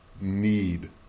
need